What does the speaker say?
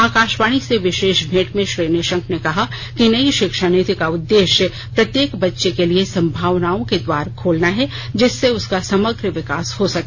आकाशवाणी से विशेष भेंट में श्री निशंक ने कहा कि नई शिक्षा नीति का उद्देश्य प्रत्येक बच्चे के लिए संभावनाओं के द्वार खोलना है जिससे उसका समग्र विकास हो सके